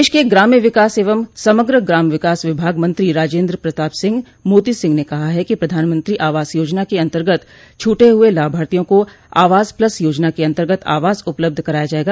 प्रदेश के ग्राम्य विकास एवं समग्र ग्राम विकास विभाग मंत्री राजेन्द्र प्रताप सिंह मोती सिंह ने कहा कि प्रधानमंत्री आवास योजना के अन्तर्गत छूटे हुए लाभार्थियों को आवास प्लस योजना के अन्तर्गत आवास उपलब्ध कराया जायेगा